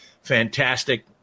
fantastic